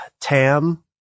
Tam